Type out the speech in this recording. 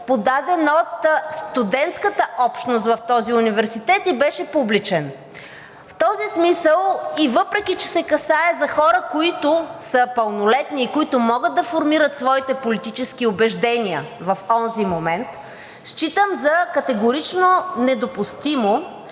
подаден от студентската общност в този университет и беше публичен. В този смисъл и въпреки, че се касае за хора, които са пълнолетни и които могат да формират своите политически убеждения в онзи момент, считам за категорично недопустимо